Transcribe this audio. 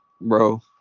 Bro